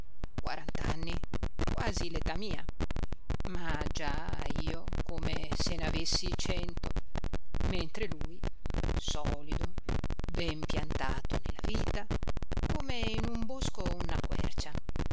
quarant'anni quasi l'età mia ma già io come se n'avessi cento mentre lui solido ben piantato nella vita come in un bosco una quercia